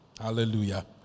Hallelujah